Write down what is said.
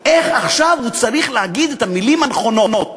איך עכשיו הוא צריך להגיד את המילים הנכונות,